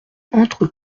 entre